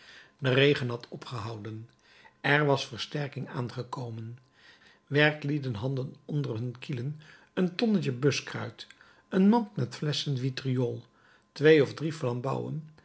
de regen had opgehouden er was versterking aangekomen werklieden hadden onder hun kielen een tonnetje buskruit een mand met flesschen vitriool twee of drie flambouwen